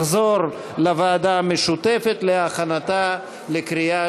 לוועדה המשותפת לוועדת החוקה,